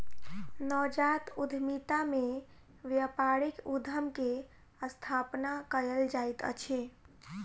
नवजात उद्यमिता में व्यापारिक उद्यम के स्थापना कयल जाइत अछि